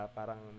Parang